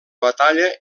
batalla